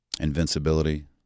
invincibility